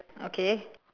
okay